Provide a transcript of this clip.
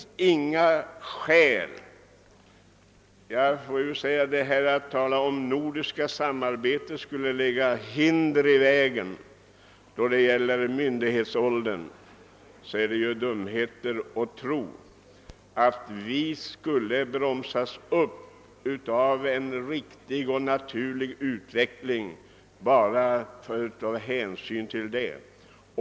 Man talar här om att det nordiska samarbetet skulle lägga hinder i vägen för en sänkning av myndighetsåldern. Det är dumheter att mena att vi skulle bromsas upp i en riktig och naturlig utveckling bara av hänsyn till detta.